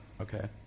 Okay